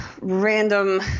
random